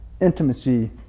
intimacy